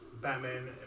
batman